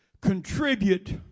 contribute